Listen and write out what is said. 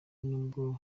n’ubwo